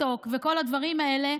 טיק-טוק וכל הדברים האלה,